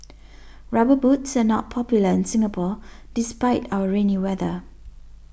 rubber boots are not popular in Singapore despite our rainy weather